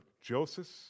Joseph